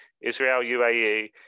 Israel-UAE